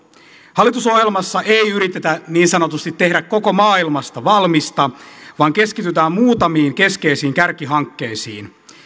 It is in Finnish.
hallitusohjelmassa ei yritetä niin sanotusti tehdä koko maailmasta valmista vaan keskitytään muutamiin keskeisiin kärkihankkeisiin